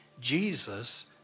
Jesus